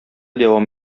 дәвам